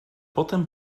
potem